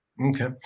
Okay